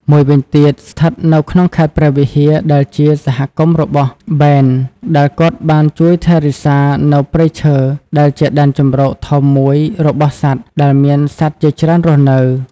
មួយវិញទៀតស្ថិតនៅក្នុងខេត្តព្រះវិហារដែលជាសហគមន៍របស់បេន ដែលគាត់បានជួយថែរក្សានៅព្រៃឈើដែលជាដែនជម្រកធំមួយរបស់សត្វដែលមានសត្វជាច្រើនរស់នៅ។